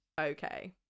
okay